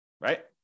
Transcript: right